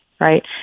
right